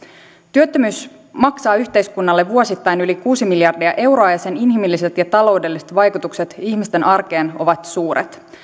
työttömyys maksaa yhteiskunnalle vuosittain yli kuusi miljardia euroa ja sen inhimilliset ja taloudelliset vaikutukset ihmisten arkeen ovat suuret